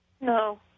No